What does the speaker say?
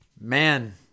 man